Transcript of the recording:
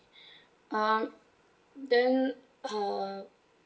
um then uh